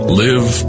live